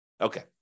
Okay